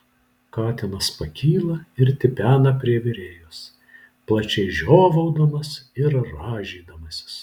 katinas pakyla ir tipena prie virėjos plačiai žiovaudamas ir rąžydamasis